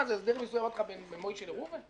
האם זה הסדר מיסוי בין משה לראובן?